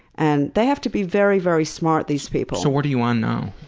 and they have to be very very smart, these people. so what are you on now?